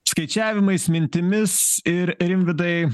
skaičiavimais mintimis ir rimvydai